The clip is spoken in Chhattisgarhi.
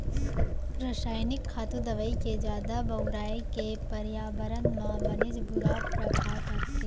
रसायनिक खातू, दवई के जादा बउराई ले परयाबरन म बनेच बुरा परभाव परथे